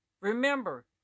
remember